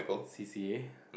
C C A